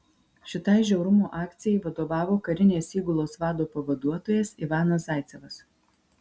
šitai žiaurumo akcijai vadovavo karinės įgulos vado pavaduotojas ivanas zaicevas